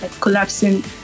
collapsing